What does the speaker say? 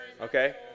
Okay